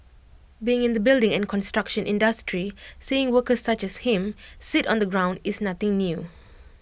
being in the building and construction industry seeing workers such as him sit on the ground is nothing new